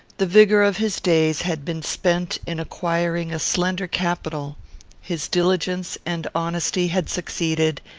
the vigour of his days had been spent in acquiring a slender capital his diligence and honesty had succeeded,